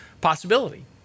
possibility